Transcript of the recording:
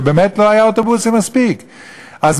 ובאמת לא היו מספיק אוטובוסים.